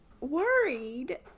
Worried